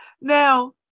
Now